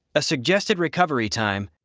a suggested recovery time